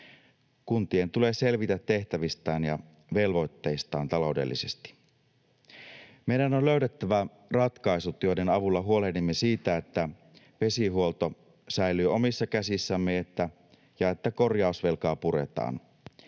Kuntien tulee selvitä tehtävistään ja velvoitteistaan taloudellisesti. Meidän on löydettävä ratkaisut, joiden avulla huolehdimme siitä, että vesihuolto säilyy omissa käsissämme ja että korjausvelkaa puretaan.